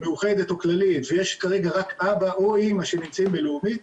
מאוחדת או כללית ויש כרגע רק אבא או אמא שנמצאים בלאומית,